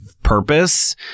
purpose